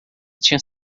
tinha